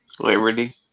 Liberty